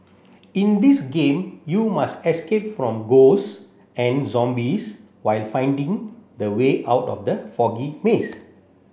in this game you must escape from ghosts and zombies while finding the way out of the foggy maze